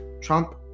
Trump